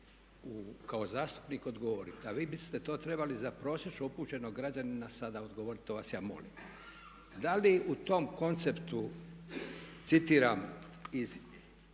kao zastupnik odgovoriti, a vi biste to trebali za prosječno upućenog građanina sada odgovoriti, to vas ja molim. Da li u tom konceptu, citiram iz